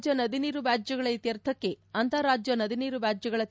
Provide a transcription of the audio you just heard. ಅಂತಾರಾಜ್ಯ ನದಿ ನೀರು ವ್ಯಾಜ್ಯಗಳ ಇತ್ಯರ್ಥಕ್ಕೆ ಅಂತಾರಾಜ್ಯ ನದಿ ನೀರು ವ್ಯಾಜ್ಯಗಳ ು